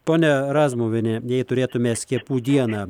ponia razmuviene jei turėtume skiepų dieną